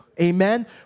Amen